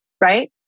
right